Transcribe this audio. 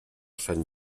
sant